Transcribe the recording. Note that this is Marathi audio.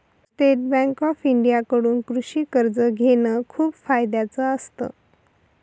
स्टेट बँक ऑफ इंडिया कडून कृषि कर्ज घेण खूप फायद्याच असत